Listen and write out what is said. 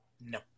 no